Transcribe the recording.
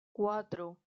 cuatro